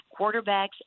quarterbacks